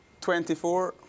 24